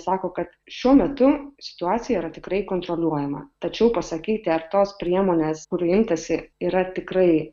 sako kad šiuo metu situacija yra tikrai kontroliuojama tačiau pasakyti ar tos priemonės kurių imtasi yra tikrai